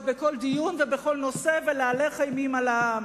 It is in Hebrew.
בכל דיון ובכל נושא ולהלך אימים על העם.